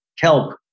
kelp